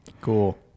Cool